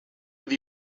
that